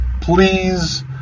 Please